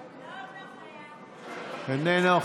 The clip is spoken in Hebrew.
איננו.